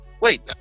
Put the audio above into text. Wait